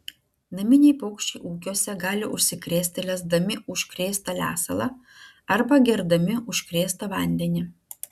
naminiai paukščiai ūkiuose gali užsikrėsti lesdami užkrėstą lesalą arba gerdami užkrėstą vandenį